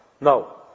No